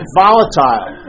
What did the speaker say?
volatile